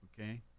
okay